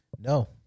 No